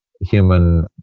human